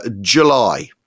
July